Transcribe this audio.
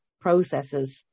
processes